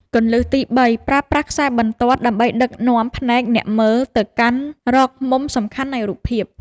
គន្លឹះទី៣ ប្រើប្រាស់ខ្សែបន្ទាត់ដើម្បីដឹកនាំភ្នែកអ្នកមើលទៅកាន់រកមុំសំខាន់នៃរូបភាព។